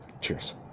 Cheers